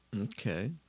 Okay